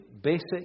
basic